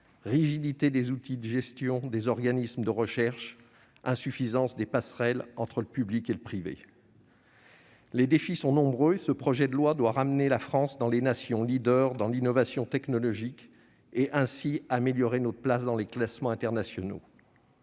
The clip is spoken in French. rigidités des outils de gestion des organismes de recherche, insuffisances des passerelles entre le public et le privé. Les défis sont nombreux et ce projet de loi doit ramener la France parmi les nations leaders en matière d'innovation technologique, et ainsi améliorer sa place dans les classements internationaux.